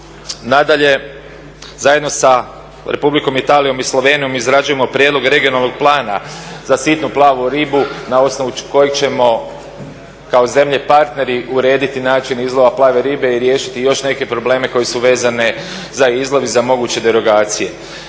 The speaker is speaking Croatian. Nadalje, zajedno sa Republikom Italijom i Slovenijom izrađujemo prijedlog Regionalnog plana za sitnu plavu ribu na osnovu kojeg ćemo kao zemlje partneri urediti način izlova plave ribe i riješiti još neke probleme koji su vezani za izlov i za moguće derogacije.